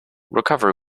recovery